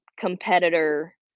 competitor